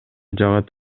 жагат